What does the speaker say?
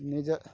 ନିଜ